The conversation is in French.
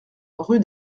rue